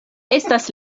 estas